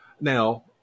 Now